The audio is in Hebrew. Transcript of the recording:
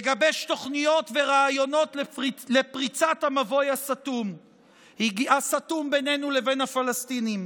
יגבש תוכניות ורעיונות לפריצת המבוי הסתום בינינו לבין הפלסטינים.